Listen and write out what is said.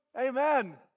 Amen